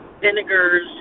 vinegars